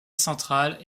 centrale